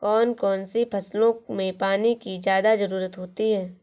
कौन कौन सी फसलों में पानी की ज्यादा ज़रुरत होती है?